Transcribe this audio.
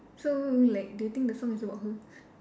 so like do you think the song is about her